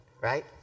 right